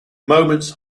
moments